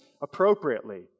appropriately